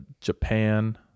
Japan